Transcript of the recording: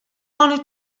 want